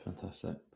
Fantastic